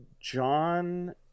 John